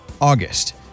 August